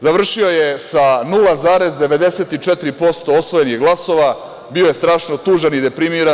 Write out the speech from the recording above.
Završio je sa 0,94% osvojenih glasova, bio je strašno tužan i deprimiran.